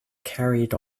carried